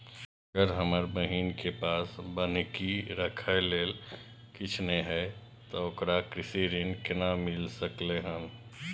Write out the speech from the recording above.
अगर हमर बहिन के पास बन्हकी रखय लेल कुछ नय हय त ओकरा कृषि ऋण केना मिल सकलय हन?